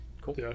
Cool